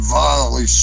violently